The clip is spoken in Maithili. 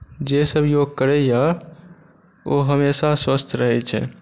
जे सभ योग करैए ओ हमेशा स्वस्थ रहैत छै